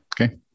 Okay